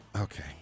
Okay